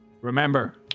Remember